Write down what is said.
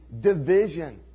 division